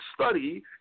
study